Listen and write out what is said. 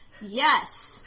Yes